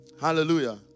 Hallelujah